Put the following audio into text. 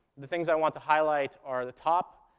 the things i want to highlight are the top,